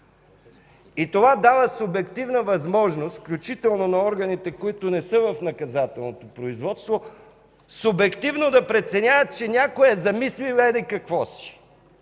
и това дава субективна възможност, включително на органите, които не са в наказателното производство, субективно да преценяват, че някой е замислил еди какво си.